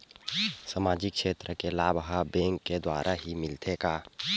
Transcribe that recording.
सामाजिक क्षेत्र के लाभ हा बैंक के द्वारा ही मिलथे का?